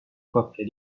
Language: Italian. coppia